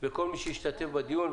וכל מי שהשתתף בדיון,